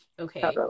okay